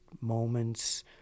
moments